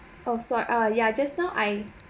oh so err ya just now I